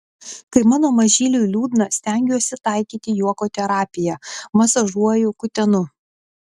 kai mano mažyliui liūdna stengiuosi taikyti juoko terapiją masažuoju kutenu